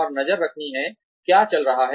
और नजर रखनी है क्या चल रहा है